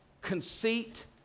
conceit